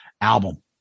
album